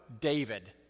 David